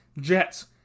Jets